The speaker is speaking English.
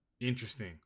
Interesting